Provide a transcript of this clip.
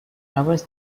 towers